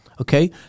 Okay